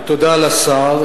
תודה לשר.